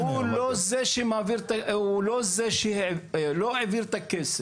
משרד הפנים הוא לא זה שלא העביר את הכסף.